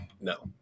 no